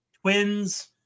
Twins